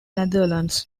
netherlands